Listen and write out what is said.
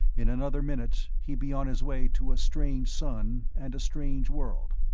in another minute he'd be on his way to a strange sun and a strange world,